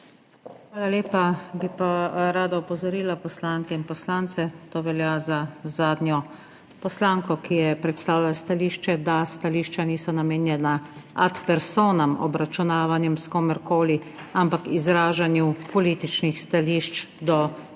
Hvala lepa. Bi pa rada opozorila poslanke in poslance, to velja za zadnjo poslanko, ki je predstavila stališče, da stališča niso namenjena ad personam obračunavanjem s komerkoli, ampak izražanju političnih stališč do nekih